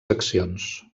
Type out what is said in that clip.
seccions